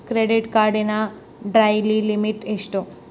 Credit ಕಾರ್ಡಿನ daily limit ಎಷ್ಟು?